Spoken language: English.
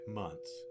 months